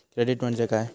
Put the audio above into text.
Credit म्हणजे काय?